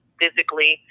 physically